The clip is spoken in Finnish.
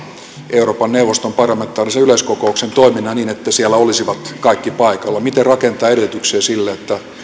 euroopan neuvoston parlamentaarisen yleiskokouksen toiminnan niin että siellä olisivat kaikki paikalla miten rakennetaan edellytyksiä sille että